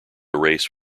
race